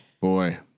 boy